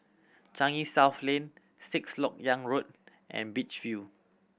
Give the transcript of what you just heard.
Changi South Lane Sixth Lok Yang Road and Beach View